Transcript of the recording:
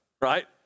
right